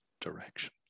direction